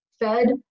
fed